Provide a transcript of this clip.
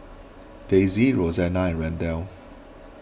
Daisy Roxanna and Randel